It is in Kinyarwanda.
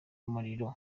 umuriro